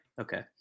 Okay